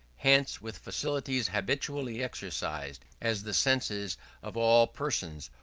hence with faculties habitually exercised as the senses of all persons,